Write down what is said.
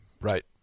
Right